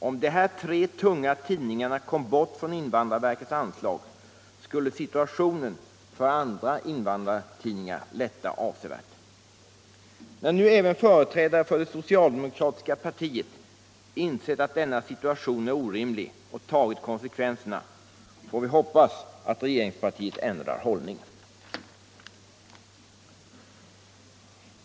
Om de här tre tunga tidningarna kom bort från invandrarverkets anslag skulle situationen för andra invandrartidningar lätta avsevärt. När nu även företrädare för det socialdemokratiska partiet insett att denna situation är orimlig och tagit konsekvenserna, får vi hoppas att regeringspartiet ändrar hållning.